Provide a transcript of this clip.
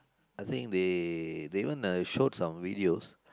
I think they they wanna show some on videos